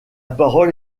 parole